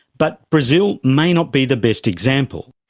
but brazil may not be the best example,